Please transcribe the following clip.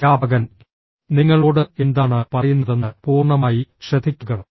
അധ്യാപകൻ നിങ്ങളോട് എന്താണ് പറയുന്നതെന്ന് പൂർണ്ണമായി ശ്രദ്ധിക്കുക